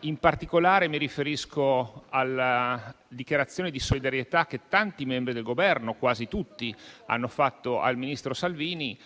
In particolare, mi riferisco alla dichiarazione di solidarietà che tanti membri del Governo - quasi tutti - hanno fatto al ministro Salvini.